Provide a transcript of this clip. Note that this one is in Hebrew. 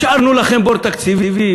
השארנו לכם בור תקציבי,